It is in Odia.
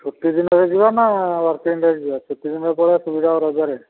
ଛୁଟିଦିନରେ ଯିବ ନା ୱାର୍କିଂ ଡେ'ରେ ଯିବ ଛୁଟିଦିନରେ ପଳାଅ ସୁବିଧା ହେବ ରବିବାର